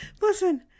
Listen